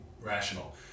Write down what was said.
rational